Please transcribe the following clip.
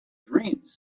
dreams